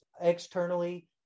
Externally